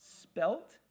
spelt